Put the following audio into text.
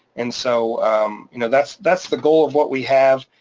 and so you know that's that's the goal of what we have.